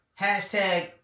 Hashtag